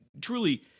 truly